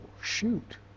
shoot